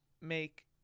make